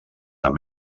amb